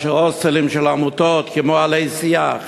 שבהן הוסטלים של עמותות כמו "עלי שיח",